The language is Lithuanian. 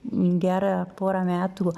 gerą pora metų